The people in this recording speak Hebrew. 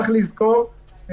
צריך לזכור,